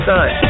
Sun